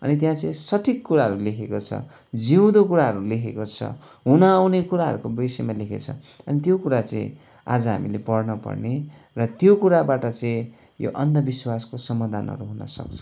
अनि त्यहाँचाहिँ सठिक कुराहरू लेखेको छ जिउँदो कुराहरू लेखेको छ हुन आउने कुराहरूको विषयमा लेखेको छ अनि त्यो कुरा चाहिँ आज हामीले पढ्न पर्ने र त्यो कुराबाट चाहिँ यो अन्धविश्वासको समाधानहरू हुन सक्छ